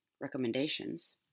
recommendations